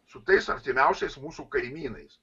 su tais artimiausiais mūsų kaimynais